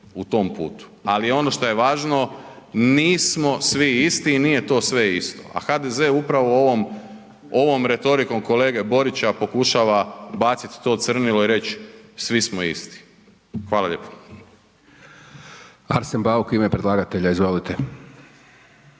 u tom putu, ali ono šta je važno nismo svi isti i nije to sve isto, a HDZ upravo ovom retorikom kolege Borića pokušava bacit to crnilo i reć svi smo isti. Hvala lijepo. **Hajdaš Dončić,